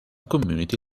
community